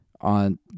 on